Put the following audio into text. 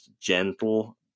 gentle